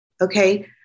Okay